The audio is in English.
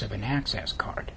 of an access card